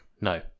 No